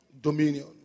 Dominion